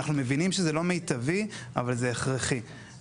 אנחנו מבינים שזה לא מיטבי אבל זה הכרחי.